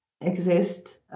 exist